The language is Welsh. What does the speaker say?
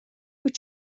wyt